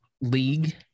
league